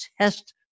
test